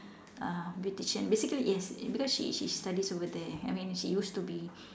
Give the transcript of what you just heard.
uh beautician basically yes because she she studies over there I mean she used to be